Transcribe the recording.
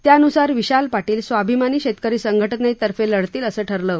त्यान्सार विशाल पाटील स्वाभिमानी शेतकरी संघटनेतर्फे लढतील असं ठरलं आहे